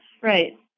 Right